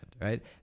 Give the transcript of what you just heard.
right